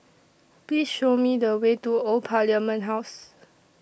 Please Show Me The Way to Old Parliament House